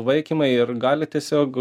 vaikymai ir gali tiesiog